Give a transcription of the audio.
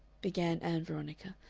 began ann veronica,